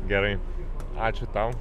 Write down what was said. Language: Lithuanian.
gerai ačiū tau